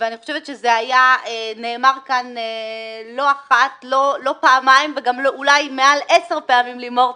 אני חושבת שזה נאמר כאן לא פעמיים ואולי מעל עשר פעמים לימור,